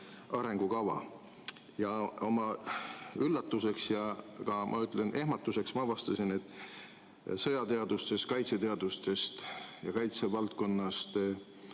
arengukava. Oma üllatuseks, ja ma ütlen, et ka ehmatuseks, ma avastasin, et sõjateadustest, kaitseteadustest ja kaitsevaldkonna